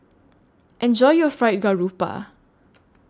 Enjoy your Fried Garoupa